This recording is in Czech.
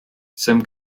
jsem